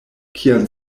kian